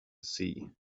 sea